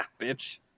bitch